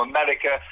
America